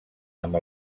amb